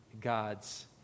God's